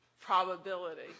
probability